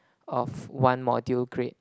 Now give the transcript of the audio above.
of one module grade